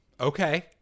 Okay